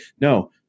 No